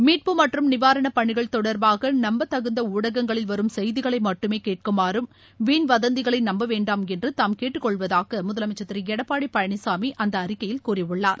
மீட்பு மற்றும் நிவாரணப் பணிகள் தொடர்பாக நம்பகத்தகுந்த ஊடகங்களில் வரும் செய்திகளை மட்டுமே கேட்குமாறும் வீண் வதந்திகளை நம்ப வேண்டாம் என்று தாம் கேட்டுக் கொள்வதாக முதலமைச்சர் திரு எடப்பாடி பழனிசாமி அந்த அறிக்கையில் கூறியுள்ளார்